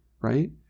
right